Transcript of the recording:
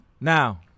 Now